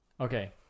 Okay